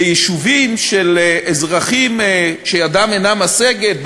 ביישובים של אזרחים שידם אינה משגת,